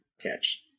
catch